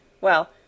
Well